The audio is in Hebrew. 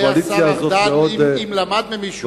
הקואליציה הזאת מאוד קשה.